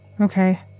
Okay